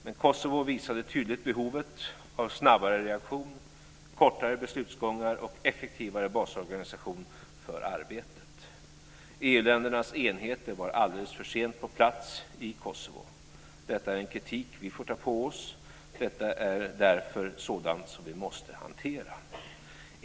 Men Kosovokriget visade tydligt behovet av en snabbare reaktion, kortare beslutsgångar och en effektivare basorganisation för arbetet. EU ländernas enheter var alldeles för sent på plats i Kosovo. Detta är en kritik som vi får ta på oss. Detta är därför sådant som vi måste hantera.